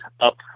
up